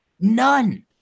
None